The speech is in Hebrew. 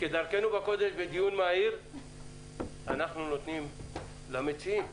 כדרכנו בקודש בדיון מהיר אנחנו נותנים את רשות הדיבור למציעים.